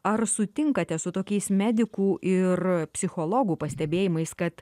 ar sutinkate su tokiais medikų ir psichologų pastebėjimais kad